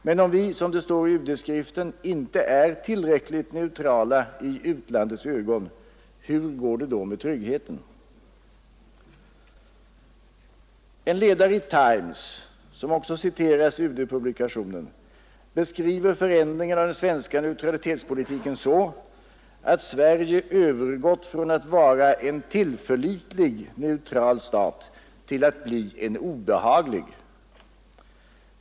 Men om vi, som det står i UD-skriften, ”inte är tillräckligt neutrala” i utlandets ögon, hur går det då med tryggheten? En ledare i Times, som också citeras i UD-publikationen, beskriver förändringen av den svenska neutralitetspolitiken så, att Sverige har övergått från att vara en ”tillförlitlig” neutral stat till att bli en ”obehaglig”.